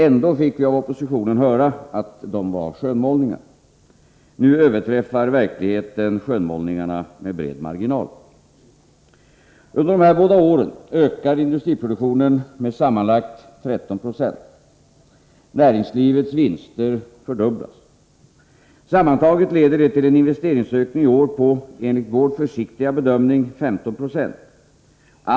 Ändå fick vi av oppositionen höra att de var skönmålningar. Nu överträffar verkligheten skönmålningarna med bred marginal. Under dessa båda år ökar industriproduktionen med sammanlagt 13 96. Näringslivets vinster fördubblas. Sammantaget leder det till en investeringsökning i år på — enligt vår försiktiga bedömning-15 96.